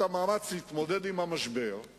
בתולדות ממשלות